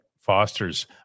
fosters